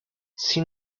see